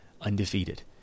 undefeated